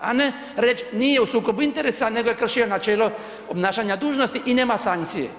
A ne reći nije u sukobu interesa nego je kršio načelo obnašanja dužnosti i nema sankcije.